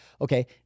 okay